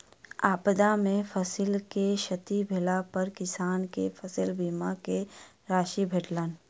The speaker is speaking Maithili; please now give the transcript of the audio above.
आपदा में फसिल के क्षति भेला पर किसान के फसिल बीमा के राशि भेटलैन